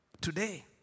today